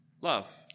love